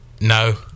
No